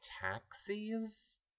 taxis